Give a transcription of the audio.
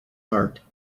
heart